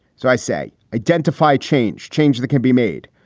so i say identify, change, change that can be made.